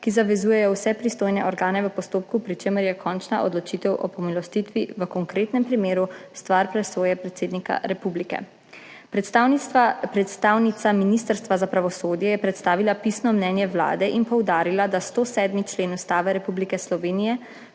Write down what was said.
ki zavezujejo vse pristojne organe v postopku, pri čemer je končna odločitev o pomilostitvi v konkretnem primeru stvar presoje predsednika Republike. Predstavnica Ministrstva za pravosodje je predstavila pisno mnenje Vlade in poudarila, da 107. člen Ustave Republike Slovenije